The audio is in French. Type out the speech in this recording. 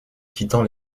quittant